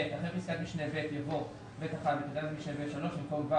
אחרי פסקת משנה (ב) יבוא: "(ב1)בתקנת משנה (ב3) במקום "ו"